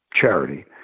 charity